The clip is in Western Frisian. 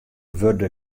wurde